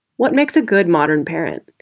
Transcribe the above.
what makes a good modern parent.